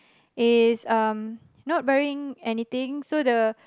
is um not wearing anything so the